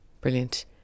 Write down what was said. brilliant